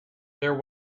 there